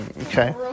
Okay